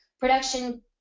production